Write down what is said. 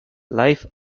life